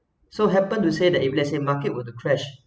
so happened to said that if let say market were to crash